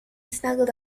snuggled